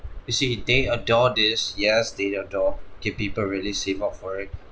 you see they adore this yes they adore K people really save up for it